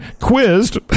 quizzed